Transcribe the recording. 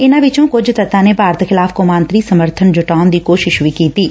ਇਨੂਾਂ ਵਿਚੋਂ ਕੁਝ ਤੱਤਾਂ ਨੇ ਭਾਰਤ ਖਿਲਾਫ਼ ਕੌਮਾਂਤਰੀ ਸਮਰਬਨ ਜੁਟਾਉਣ ਦੀ ਕੋਸ਼ਿਸ਼ ਵੀ ਕੀਤੀ ਐ